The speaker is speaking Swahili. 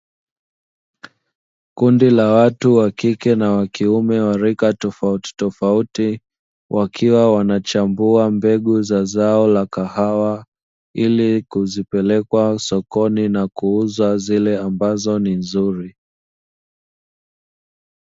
Kundi la watu (wa kike na wa kiume) wa rika tofautitofauti, wakiwa wanachambua mbegu la zao za kahawa ili kuzipeleka sokoni na kuuza zile ambazo ni nzuri.